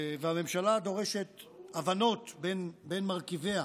והממשלה דורשת הבנות בין מרכיביה,